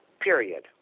Period